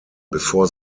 before